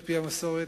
על-פי המסורת,